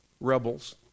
rebels